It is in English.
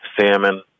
salmon